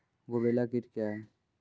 गुबरैला कीट क्या हैं?